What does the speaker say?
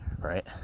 right